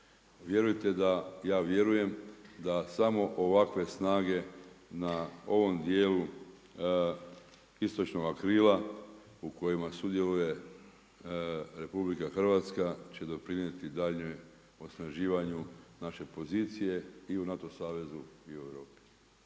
Vjerujte da ja vjerujem da samo ovakve snage na ovom dijelu istočnoga krila u kojima sudjeluje Republika Hrvatska će doprinijeti daljnjem osnaživanju naše pozicije i u NATO savezu i u Europi.